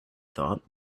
thought